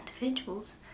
individuals